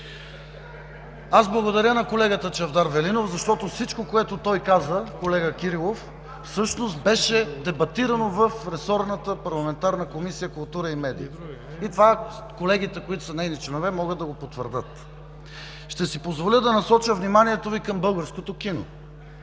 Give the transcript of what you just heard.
Аз благодаря на колегата Чавдар Велинов, защото всичко, което той каза, колега Кирилов, всъщност беше дебатирано в ресорната Парламентарна комисия по култура и медии. И това колегите, които са нейни членове, могат да го потвърдят. Ще си позволя да насоча вниманието Ви към българското кино,